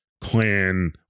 clan